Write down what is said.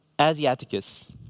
Asiaticus